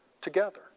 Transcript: together